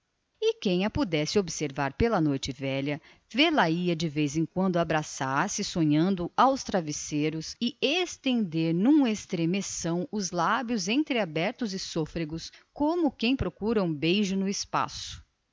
e quem pudesse observá la pela noite adiante vêla ia de vez em quando abraçar-se aos travesseiros e trêmula estender os lábios entreabertos e sôfregos como quem procura um beijo no espaço